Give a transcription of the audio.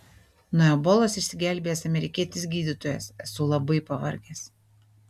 nuo ebolos išsigelbėjęs amerikietis gydytojas esu labai pavargęs